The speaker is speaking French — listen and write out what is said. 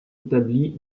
établis